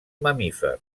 mamífers